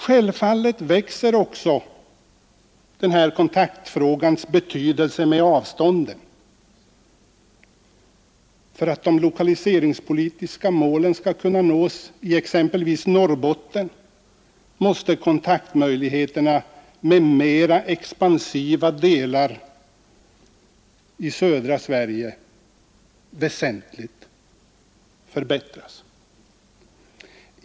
Självfallet växer också denna kontaktfrågas betydelse med avståndet. För att de lokaliseringspolitiska målen skall kunna nås i exempelvis Norrbotten måste möjligheterna till kontakt med mera expansiva delar i södra Sverige väsentligt förbättras.